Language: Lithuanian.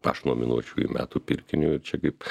aš nominuočiau jį metų pirkiniu čia kaip